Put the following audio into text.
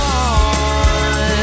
on